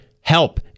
HELP